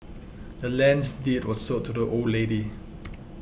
the land's deed was sold to the old lady